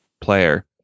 player